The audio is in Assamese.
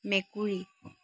মেকুৰী